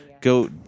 Go